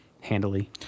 handily